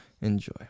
enjoy